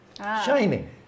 Shining